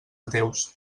ateus